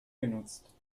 genutzt